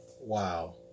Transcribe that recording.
Wow